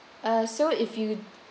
so if you